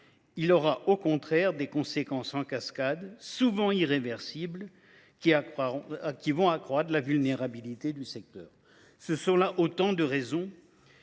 Il aura au contraire des conséquences en cascade, souvent irréversibles, qui accroîtront la vulnérabilité du secteur. Ce sont là autant de raisons